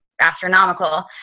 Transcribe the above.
astronomical